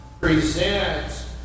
presents